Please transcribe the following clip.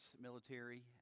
military